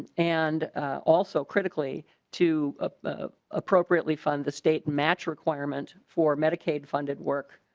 and also critically to up the appropriately fund the state match requirement for medicaid funded work.